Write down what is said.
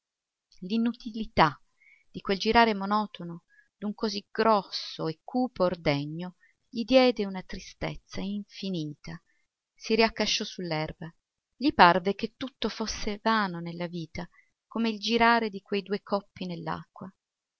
l'inutilità di quel girare monotono d'un così grosso e cupo ordegno gli diede una tristezza infinita si riaccasciò su l'erba gli parve che tutto fosse vano nella vita come il girare di quei due coppi